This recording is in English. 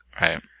right